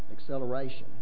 Acceleration